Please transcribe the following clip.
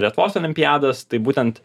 lietuvos olimpiadas tai būtent